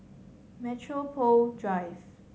Metropole Drive